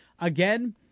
Again